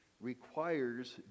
requires